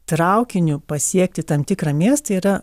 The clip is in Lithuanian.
traukiniu pasiekti tam tikrą miestą yra